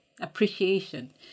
appreciation